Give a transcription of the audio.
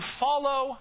follow